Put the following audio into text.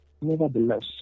Nevertheless